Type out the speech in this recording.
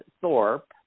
Thorpe